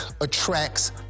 attracts